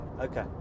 okay